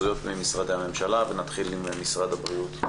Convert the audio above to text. התייחסויות ממשרדי הממשלה, ונתחיל ממשרד הבריאות.